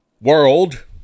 world